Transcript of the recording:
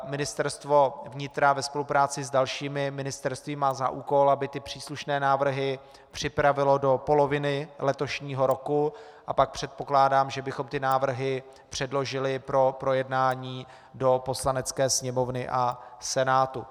Ministerstvo vnitra ve spolupráci s dalšími ministerstvy má za úkol, aby příslušné návrhy připravilo do poloviny letošního roku, a pak předpokládám, že bychom návrhy předložili pro projednání do Poslanecké sněmovny a Senátu.